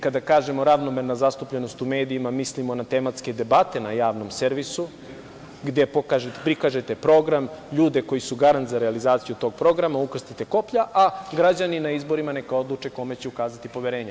Kada mi kažemo - ravnomerna zastupljenost u medijima, mislimo na tematske debate na javnom servisu, gde prikažete program, ljude koji su garant za realizaciju tog programa, ukrstite koplja, a građani na izborima neka odluče kome će ukazati poverenje.